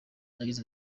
yagize